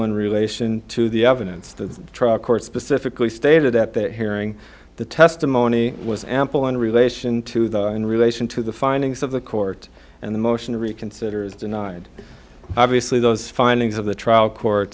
in relation to the evidence the trial court specifically stated at that hearing the testimony was ample in relation to the in relation to the findings of the court and the motion to reconsider is denied obviously those findings of the trial court